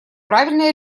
правильное